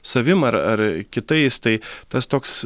savim ar ar kitais tai tas toks